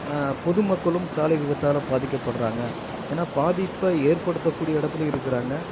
பொது மக்களும் சாலை விபத்தால் பாதிக்கப்படுறாங்க ஏன்னா பாதிப்பை ஏற்படுத்தக்கூடிய இடத்துல இருக்கிறாங்க